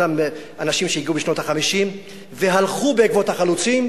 אותם אנשים שהגיעו בשנות ה-50 והלכו בעקבות החלוצים,